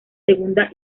segunda